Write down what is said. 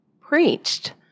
preached